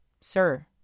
Sir